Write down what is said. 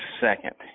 second